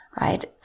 right